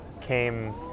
came